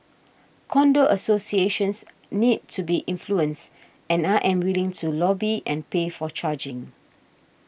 condo associations need to be influenced and I am willing to lobby and pay for charging